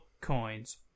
coins